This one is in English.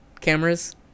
cameras